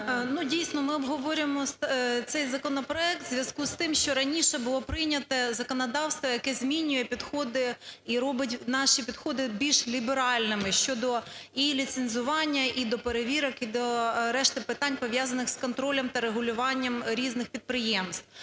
дійсно, ми обговорюємо цей законопроект у зв'язку з тим, що раніше було прийнято законодавство, яке змінює підходи і робить наші підходи більш ліберальними щодо і ліцензування, і до перевірок, і до решти питань, пов'язаних з контролем та регулюванням різних підприємств.